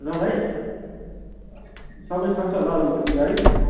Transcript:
ल भाइ सबै सन्चै होला अरू घरतिर है